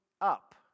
up